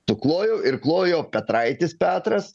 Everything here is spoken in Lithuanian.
tu klojau ir klojo petraitis petras